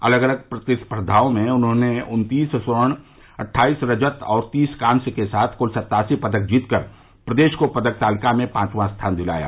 अलग अलग प्रतिस्पर्धाओं में उन्होंने उत्तीस स्वर्ण अटठाइस रजत और तीस कांस्य के साथ क्ल सत्तासी पदक जीतकर प्रदेश को पदक तालिका में पांचवा स्थान दिलाया